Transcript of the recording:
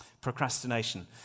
procrastination